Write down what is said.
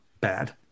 Bad